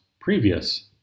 previous